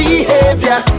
Behavior